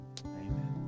Amen